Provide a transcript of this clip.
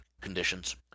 conditions